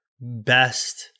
best